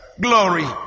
glory